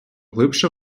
глибше